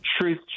Truth